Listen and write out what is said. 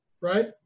right